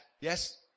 Yes